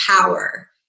power